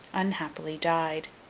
unhappily died.